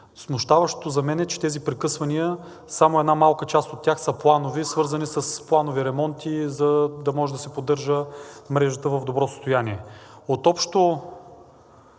Смущаващо за мен е, че от тези прекъсвания само една малка част от тях са планови, свързани с планови ремонти, за да се поддържа мрежата в добро състояние. От общо